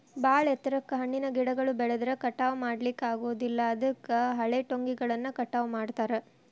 ಬಾಳ ಎತ್ತರಕ್ಕ್ ಹಣ್ಣಿನ ಗಿಡಗಳು ಬೆಳದ್ರ ಕಟಾವಾ ಮಾಡ್ಲಿಕ್ಕೆ ಆಗೋದಿಲ್ಲ ಅದಕ್ಕ ಹಳೆಟೊಂಗಿಗಳನ್ನ ಕಟಾವ್ ಮಾಡ್ತಾರ